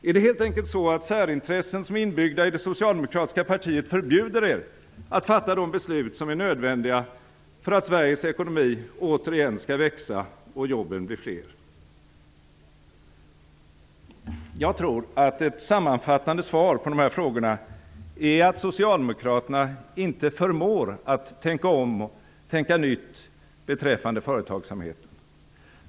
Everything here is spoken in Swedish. Är det helt enkelt så att särintressen som är inbyggda i det socialdemokratiska partiet förbjuder er att fatta de beslut som är nödvändiga för att Sveriges ekonomi återigen skall växa och jobben bli fler? Jag tror att ett sammanfattande svar på de här frågorna är att socialdemokraterna inte förmår att tänka om och tänka nytt beträffande företagsamheten.